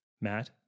Matt